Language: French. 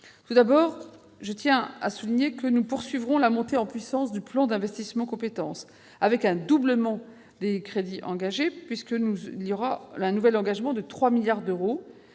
Tout d'abord, je tiens à souligner que nous poursuivrons la montée en puissance du plan d'investissement compétences avec un doublement des crédits alloués. Ce nouvel engagement de 3 milliards d'euros